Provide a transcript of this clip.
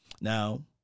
Now